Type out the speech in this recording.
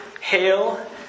hail